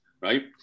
right